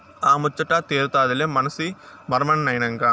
ఆ ముచ్చటా తీరతాదిలే మనసి మరమనినైనంక